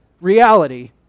reality